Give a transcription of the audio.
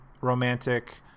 romantic